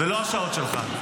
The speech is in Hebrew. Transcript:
אלה לא השעות שלך.